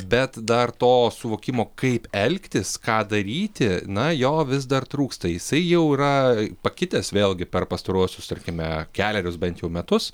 bet dar to suvokimo kaip elgtis ką daryti na jo vis dar trūksta jisai jau yra pakitęs vėlgi per pastaruosius tarkime kelerius bent jau metus